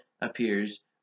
appears